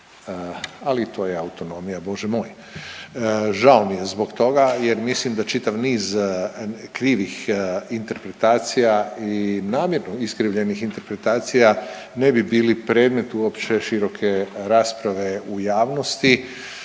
i to je autonomija Bože moj. Žao mi je zbog toga jer mislim da čitav niz krivih interpretacija i namjerno iskrivljenih interpretacija ne bi bili predmet uopće široke rasprave u javnosti